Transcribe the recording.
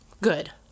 Good